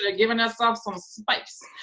ah giving herself some space.